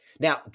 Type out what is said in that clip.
Now